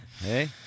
Hey